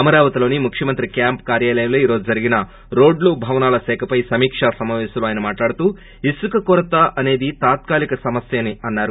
అమరావతిలోని ముఖ్యమంత్రి క్యాంప్ కార్యాలయంలో ఈ రోజు జరిగిన రోడ్లు భవనాల శాఖపై సమీక సమాపేశంలో ఆయన మాట్లాడుతూ ఇసుక కొరత అనేది తాత్కాలిక సమస్య అన్నారు